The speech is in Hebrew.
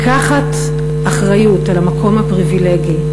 לקחת אחריות על המקום הפריבילגי.